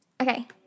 Okay